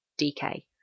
DK